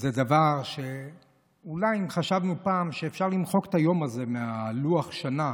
זה דבר שאולי אם חשבנו פעם שאפשר למחוק את היום הזה מלוח השנה,